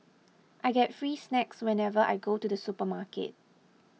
I get free snacks whenever I go to the supermarket